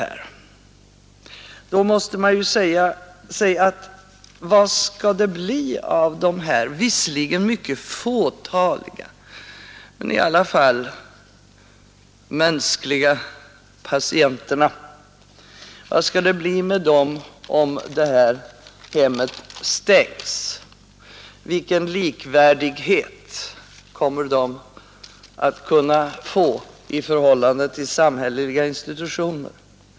Man måste fråga sig vad det skall bli av dessa visserligen mycket fåtaliga patienter, som dock är våra medmänniskor. Hur skall det gå för dem om detta hem stängs? Vilken likvärdighet kommer de att kunna få i förhållande till samhälleliga institutioner?